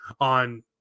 on